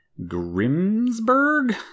Grimsberg